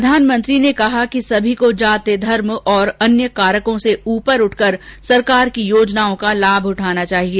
प्रधानमंत्री ने कहा कि सभी को जाति धर्म और अन्य कारकों से ऊपर उठकर सरकार की योजनाओं का लाभ उठाना चाहिए